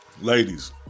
Ladies